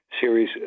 series